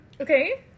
Okay